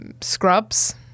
scrubs